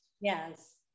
Yes